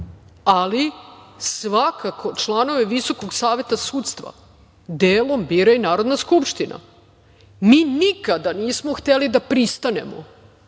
ali svakako članovi Visokog saveta sudstva delom bira i Narodna skupština. Mi nikada nismo hteli da pristanemo